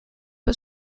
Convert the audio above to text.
but